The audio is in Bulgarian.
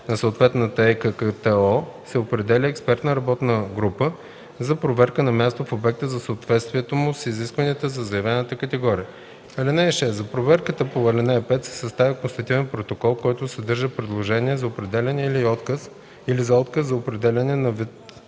на съответната ЕККТО се определя експертна работна група за проверка на място в обекта за съответствието му с изискванията за заявената категория. (6) За проверката по ал. 5 се съставя констативен протокол, който съдържа предложение за определяне или за отказ за определяне на вид